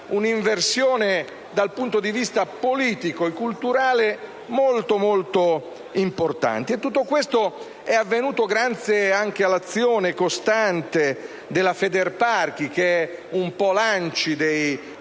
un'inversione dal punto di vista politico e culturale molto importante. Tutto questo è avvenuto grazie all'azione costante della Federparchi, che è un po' l'ANCI dei parchi,